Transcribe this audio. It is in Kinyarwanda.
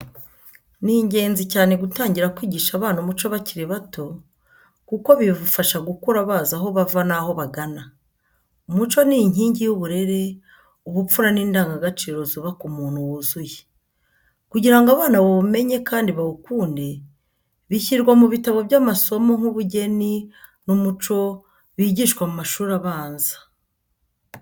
Ni ingenzi cyane gutangira kwigisha abana umuco bakiri bato, kuko bibafasha gukura bazi aho bava n’aho bagana. Umuco ni inkingi y'uburere, ubupfura n'indangagaciro zubaka umuntu wuzuye. Kugira ngo abana bawumenye kandi bawukunde, bishyirwa mu bitabo by’amasomo nk’ubugeni n’Umuco bigishwa mu mashuri abanza.